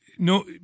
No